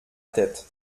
tête